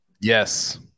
Yes